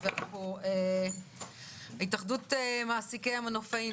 מנכ"ל התאחדות מעסיקי המנופאים.